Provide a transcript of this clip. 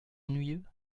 ennuyeux